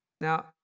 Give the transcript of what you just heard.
Now